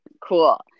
cool